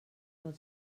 del